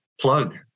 plug